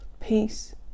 peace